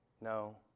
no